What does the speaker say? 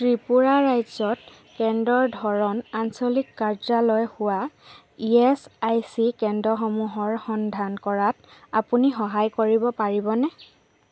ত্ৰিপুৰা ৰাজ্যত কেন্দ্ৰৰ ধৰণ আঞ্চলিক কাৰ্যালয় হোৱা ই এচ আই চি কেন্দ্ৰসমূহৰ সন্ধান কৰাত আপুনি সহায় কৰিব পাৰিবনে